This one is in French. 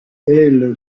elle